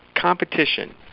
competition